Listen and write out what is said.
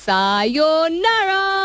Sayonara